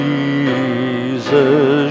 Jesus